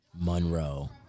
Monroe